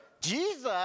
Jesus